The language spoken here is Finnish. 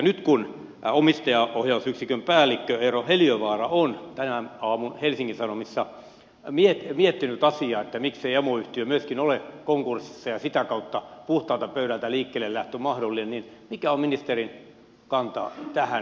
nyt kun omistajaohjausyksikön päällikkö eero heliövaara on tämän aamun helsingin sanomissa miettinyt asiaa että miksei myöskin emoyhtiö ole konkurssissa ja sitä kautta puhtaalta pöydältä liikkeellelähtö mahdollinen niin mikä on ministerin kanta tähän nyt